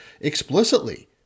explicitly